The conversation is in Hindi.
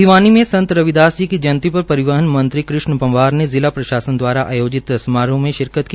भिवानी में संत रविदास जी की जयंती पर परिवहन मंत्री कृष्ण पंवार ने जिला प्रशासन द्वारा आयोजित समारोह में शिरकत की